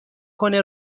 کنه